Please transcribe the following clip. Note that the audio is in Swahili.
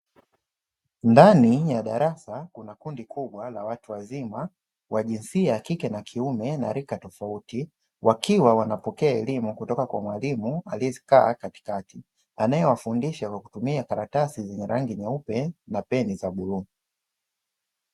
Ndani ya darasa kuna kundi kubwa la watu wazima wa jinsia ya kike na kiume na rika tofauti, wakiwa wanapokea elimu kutoka kwa mwalimu aliyekaa katikati, anayewafundisha kwa kutumia karatasi zenye rangi nyeupe na peni za bluu.